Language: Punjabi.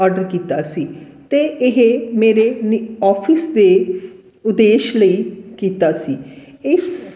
ਆਰਡਰ ਕੀਤਾ ਸੀ ਅਤੇ ਇਹ ਮੇਰੇ ਨ ਔਫਿਸ ਦੇ ਉਦੇਸ਼ ਲਈ ਕੀਤਾ ਸੀ ਇਸ